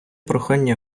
прохання